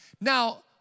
Now